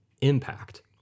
impact